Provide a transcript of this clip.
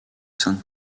sainte